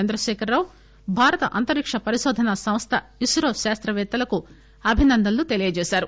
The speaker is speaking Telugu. చంద్రశేఖర్ రావ్ భారత అంతరిక్ష పరికోధనా సంస్థ ఇన్రో శాస్త్రపేత్తలకు అభినందనలు తెలియజేశారు